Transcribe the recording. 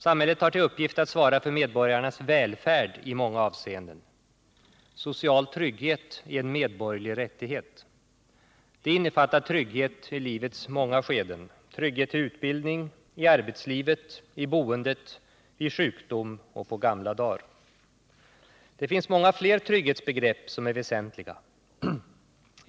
Samhället har till uppgift att svara för medborgarnas välfärd i många avseenden. Social trygghet är en medborgerlig rättighet. Den innefattar trygghet i livets många skeden: trygghet till utbildning, i arbetslivet, i boendet, vid sjukdom och på gamla dar. Det finns många fler trygghetsbegrepp som är väsentliga.